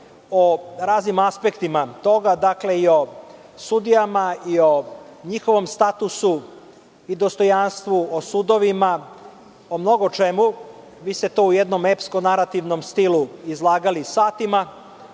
o raznim aspektima toga, dakle i o sudijama i o njihovom statusu i dostojanstvu, o sudovima, o mnogo čemu. Vi ste to u jednom epskom narativnom stilu izlagali satima